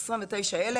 יש 29,000,